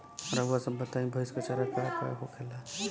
रउआ सभ बताई भईस क चारा का का होखेला?